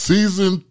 Season